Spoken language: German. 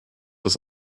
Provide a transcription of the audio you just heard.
das